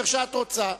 איך שאת רוצה.